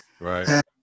Right